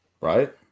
Right